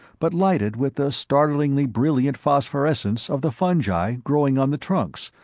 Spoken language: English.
but lighted with the startlingly brilliant phosphorescence of the fungi growing on the trunks,